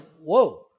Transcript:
whoa